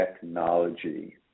technology